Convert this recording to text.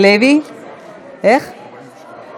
באתי להצביע וחשבתי שלא הצבעתי.